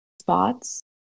spots